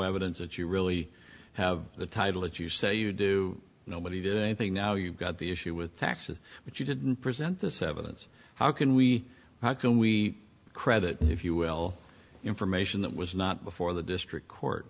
evidence that you really have the title that you say you do nobody did anything now you've got the issue with taxes but you didn't present this evidence how can we how can we credit if you will information that was not before the district court